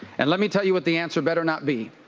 and let me tell you what the answer better not be.